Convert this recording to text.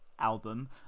album